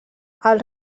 els